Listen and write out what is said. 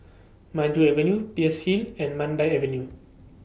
Maju Avenue Peirce Hill and Mandai Avenue